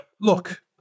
Look